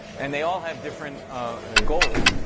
and they all have different ah goals,